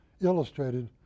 illustrated